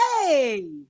Hey